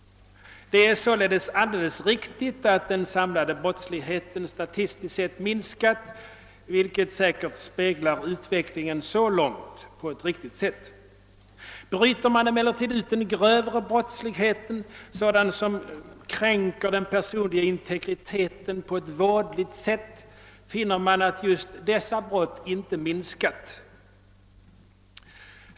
Det är således alldeles riktigt att den samlade brottsligheten statistiskt sett har minskat, vilket säkert speglar utvecklingen så långt på ett riktigt sätt. Bryter man emellertid ut den grövre brottsligheten — sådana brott som kränker den personliga integriteten på ett vådligt sätt — finner man att antalet sådana brott inte har minskat.